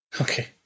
Okay